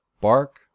bark